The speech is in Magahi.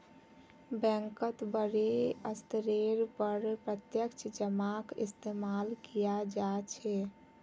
बैंकत बडे स्तरेर पर प्रत्यक्ष जमाक इस्तेमाल कियाल जा छे